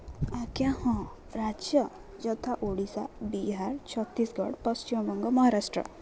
ଆଜ୍ଞା ହଁ ରାଜ୍ୟ ଯଥା ଓଡ଼ିଶା ବିହାର ଛତିଶଗଡ଼ ପଶ୍ଚିମବଙ୍ଗ ମହାରାଷ୍ଟ୍ର